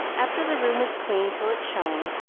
after the room was cleaned till it shone,